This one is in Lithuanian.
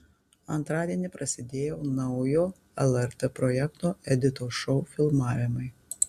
antradienį prasidėjo naujo lrt projekto editos šou filmavimai